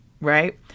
right